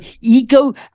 ego